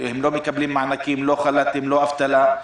הן לא מקבלות מענקים, לא חל"תים, לא אבטלה.